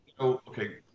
okay